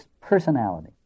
personality